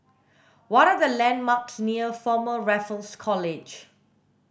what are the landmarks near Former Raffles College